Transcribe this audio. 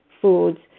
foods